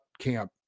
camp